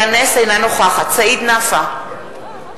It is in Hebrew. אינה נוכחת סעיד נפאע,